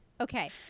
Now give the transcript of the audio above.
okay